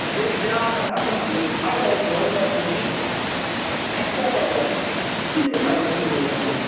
بیٚیہِ بیٛاکھ اکھ اصٕل چیٖز اگر اَسہِ جانوَر چھِ وٕچھِنۍ اَسہِ کیاہ پَزِ گَژھُن سُلے پَزِ اَسہِ صُبحٲے گَژھُن